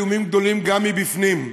איומים גדולים גם מבפנים,